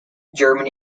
german